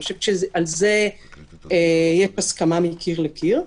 אני חושבת שעל זה יש הסכמה מקיר לקיר.